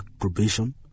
probation